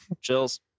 chills